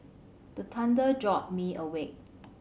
the thunder jolt me awake